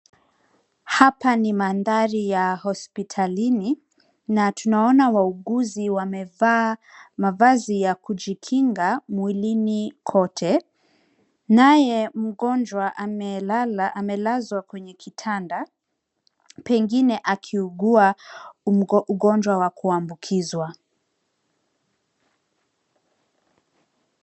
Hapa ni mandhari ya hospitalini na tunaona wauguzi wamevaa viazi ya kujikinga mwilini kote naye mgonjwa amelazwa kwenye kitanda pengine akiugua ugonjwa wa kuambukizwa.